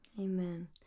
Amen